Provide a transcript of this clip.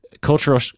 cultural